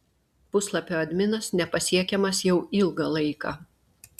puslapio adminas nepasiekiamas jau ilgą laiką